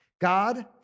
God